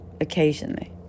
occasionally